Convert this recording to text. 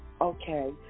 Okay